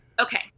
Okay